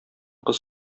кыз